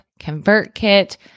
ConvertKit